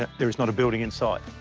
ah there is not a building in sight.